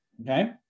Okay